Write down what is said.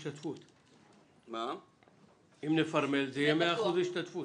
--- אם נפרמל זה יהיה 100% השתתפות.